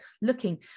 looking